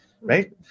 Right